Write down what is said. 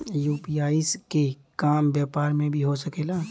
UPI के काम व्यापार में भी हो सके ला?